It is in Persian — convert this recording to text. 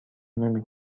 نمی